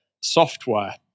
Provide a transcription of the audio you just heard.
software